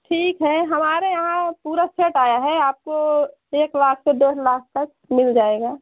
ठीक है हमारे यहाँ पूरा सेट आया है आपको एक लाख से डेढ़ लाख तक मिल जाएगा